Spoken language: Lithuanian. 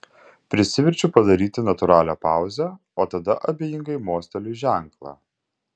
prisiverčiu padaryti natūralią pauzę o tada abejingai mosteliu į ženklą